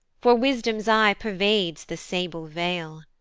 for wisdom's eye pervades the sable veil.